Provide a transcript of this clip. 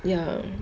ya